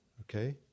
okay